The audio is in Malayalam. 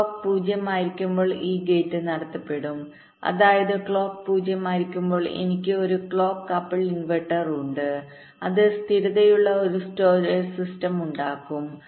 ക്ലോക്ക് 0 ആയിരിക്കുമ്പോൾ ഈ ഗേറ്റ് നടത്തപ്പെടും അതായത് ക്ലോക്ക് 0 ആയിരിക്കുമ്പോൾ എനിക്ക് ഒരു ക്രോസ് കപ്പിൾ ഇൻവെർട്ടർ ഉണ്ട് അത് സ്ഥിരതയുള്ള ഒരു സ്റ്റോറേജ് സിസ്റ്റം ഉണ്ടാക്കും